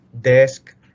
desk